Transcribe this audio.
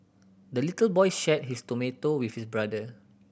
the little boy shared his tomato with his brother